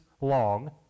long